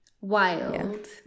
wild